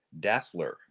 Dassler